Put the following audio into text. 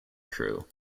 crew